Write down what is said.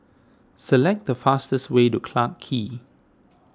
select the fastest way to Clarke Quay